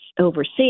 overseas